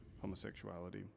homosexuality